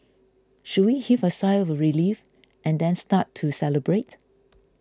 should we heave a sigh of relief and then start to celebrate